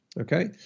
Okay